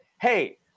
Hey